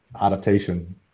adaptation